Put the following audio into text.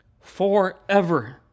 Forever